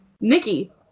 Nikki